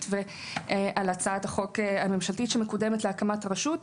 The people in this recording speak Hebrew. ועל הצעת החוק הממשלתית שמקודמת להקמת רשות.